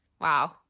Wow